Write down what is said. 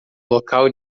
local